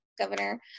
governor